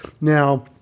Now